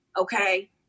okay